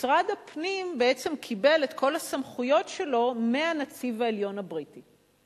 משרד הפנים בעצם קיבל את כל הסמכויות שלו מהנציב העליון הבריטי.